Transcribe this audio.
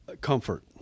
Comfort